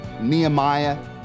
Nehemiah